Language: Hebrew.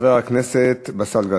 חבר הכנסת באסל גטאס.